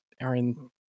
Aaron